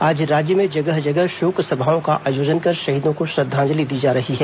आज राज्य में जगह जगह शोक सभाओं का आयोजन कर शहीदों को श्रद्वांजलि दी जा रही है